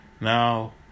Now